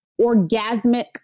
orgasmic